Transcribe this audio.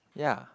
ya